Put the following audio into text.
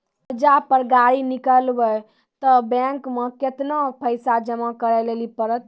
कर्जा पर गाड़ी किनबै तऽ बैंक मे केतना पैसा जमा करे लेली पड़त?